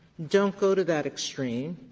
don't go to that extreme.